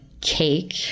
cake